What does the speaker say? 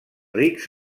rics